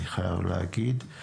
אני חייב להגיד.